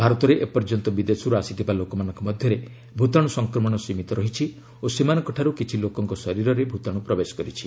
ଭାରତରେ ଏପର୍ଯ୍ୟନ୍ତ ବିଦେଶରୁ ଆସିଥିବା ଲୋକମାନଙ୍କ ମଧ୍ୟରେ ଭୂତାଣୁ ସଂକ୍ରମଣ ସୀମିତ ରହିଛି ଓ ସେମାନଙ୍କ ଠାରୁ କିଛି ଲୋକଙ୍କ ଶରୀରରେ ଭୂତାଣୁ ପ୍ରବେଶ କରିଛି